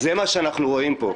אז זה מה שאנחנו רואים פה,